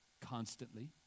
constantly